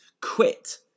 Quit